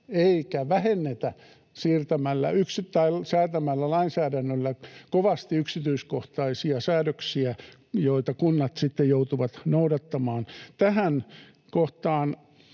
eikä vähennetä säätämällä lainsäädännöllä kovasti yksityiskohtaisia säädöksiä, joita kunnat sitten joutuvat noudattamaan. Tähän kohtaan